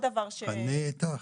אני איתך,